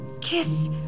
Kiss